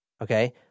Okay